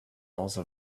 also